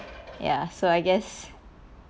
ya so I guess